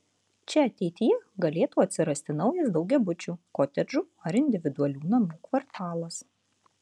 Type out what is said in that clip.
čia ateityje galėtų atsirasti naujas daugiabučių kotedžų ar individualių namų kvartalas